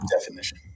definition